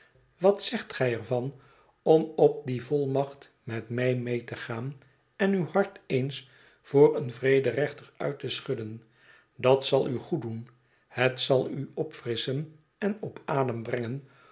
wat zegt gij er van om op die volmacht met mij mee te gaan en uw hart eens voor een vrederechter uit te schudden dat zal u goeddoen het zal u opfrisschen en op adem brengen